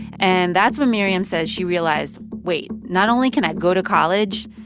and that's when miriam says she realized, wait, not only can i go to college,